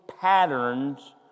patterns